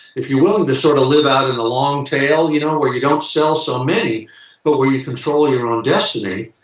if you're willing to sort of live out in a long tail, you know, where you don't sell so many but where you control your ah destiny,